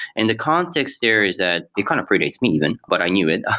and the context there is that it kind of predates me, even, but i knew it.